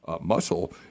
muscle